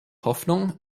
hoffnung